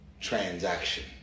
transaction